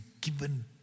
given